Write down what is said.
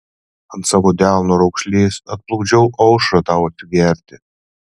ant savo delno raukšlės atplukdžiau aušrą tau atsigerti